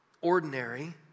ordinary